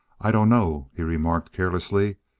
i dunno, he remarked carelessly.